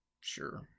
Sure